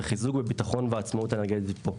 וחיזוק בבטחון ובעצמאות האנרגטית פה.